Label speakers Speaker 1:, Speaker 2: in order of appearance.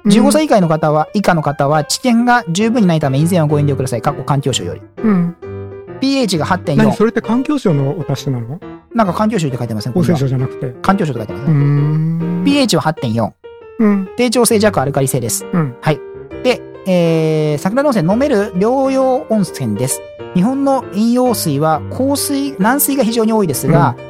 Speaker 1: うん。
Speaker 2: 15歳以下の方は、以下の方は、知見が十分にないため、以前はご遠慮ください。かっこ環境省より。
Speaker 1: うん。
Speaker 2: pHが8.4。
Speaker 1: 何、それって環境省のお達しなの？
Speaker 2: なんか環境省って書いてません？ここには。
Speaker 1: 厚生省じゃなくて。
Speaker 2: 環境省って書いてます。
Speaker 1: うーん。
Speaker 2: pHは8.4。
Speaker 1: うん。
Speaker 2: 低張性弱アルカリ性です。
Speaker 1: うん。
Speaker 2: はい。で、えー、桜の温泉、飲める療養温泉です。日本の飲用水は、硬水、軟水が非常に多いですが、
Speaker 1: うん。